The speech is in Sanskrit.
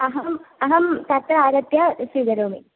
अहम् अहं तत्र आगत्य स्वीकरोमि